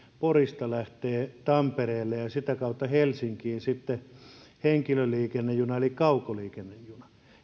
porista lähtee tampereelle ja sitä kautta helsinkiin henkilöliikennejuna eli kaukoliikennejuna